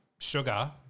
sugar